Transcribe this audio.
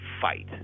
fight